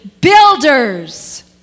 Builders